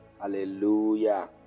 Hallelujah